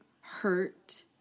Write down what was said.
hurt